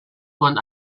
von